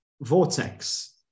vortex